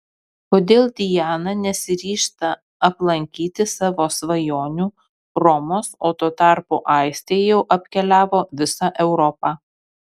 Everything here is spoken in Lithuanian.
kodėl diana nesiryžta aplankyti savo svajonių romos o tuo tarpu aistė jau apkeliavo visą europą